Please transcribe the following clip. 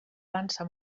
dansa